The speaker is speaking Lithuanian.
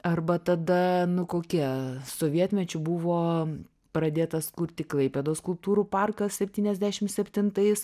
arba tada nu kokia sovietmečiu buvo pradėtas kurti klaipėdos skulptūrų parkas septyniasdešim septintais